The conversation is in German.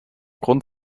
grund